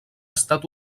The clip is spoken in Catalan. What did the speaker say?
estat